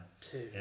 two